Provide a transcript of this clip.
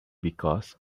because